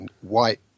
white